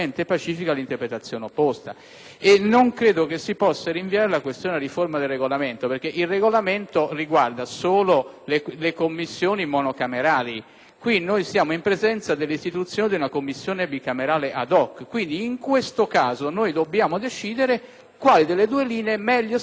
Non credo che si possa rinviare la questione alla riforma del Regolamento, perché il Regolamento riguarda solo le Commissioni monocamerali. Qui siamo in presenza dell'istituzione di una Commissione bicamerale *ad hoc*, quindi in questo caso dobbiamo decidere quale delle due linee meglio si adatta a tale Commissione bicamerale.